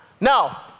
Now